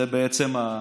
זו בעצם החלוקה.